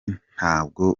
ntabwo